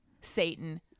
Satan